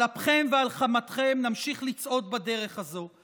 על אפכם ועל חמתכם נמשיך לצעוד בדרך הזו.